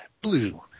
Blue